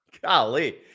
Golly